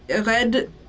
red